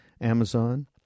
Amazon